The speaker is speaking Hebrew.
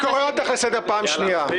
אני קורא אותך לסדר פעם שנייה די